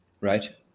Right